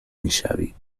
میشوید